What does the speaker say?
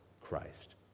Christ